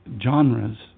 genres